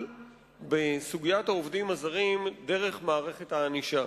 בסוגיית העובדים הזרים דרך מערכת הענישה.